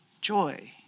joy